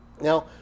Now